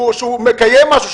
שהוא מקיים משהו,